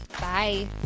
Bye